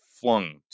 flung